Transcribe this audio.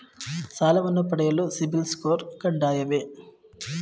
ಸಾಲವನ್ನು ಪಡೆಯಲು CIBIL score ಕಡ್ಡಾಯವೇ?